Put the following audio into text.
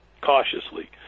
cautiously